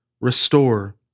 Restore